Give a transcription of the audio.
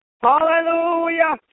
Hallelujah